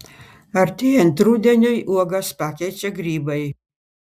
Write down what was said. artėjant rudeniui uogas pakeičia grybai